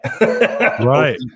Right